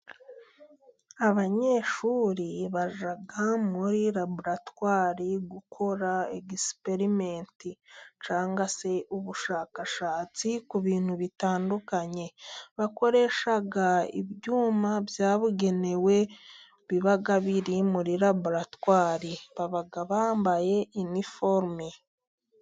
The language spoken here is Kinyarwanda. Abanyeshuri bajya muri laboratwari gukora egisiperimenti cyangwa se ubushakashatsi ku bintu bitandukanye. Bakoresha ibyuma byabugenewe, biba biri muri laboratwari. Baba bambaye iniforume.